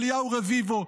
אליהו רביבו,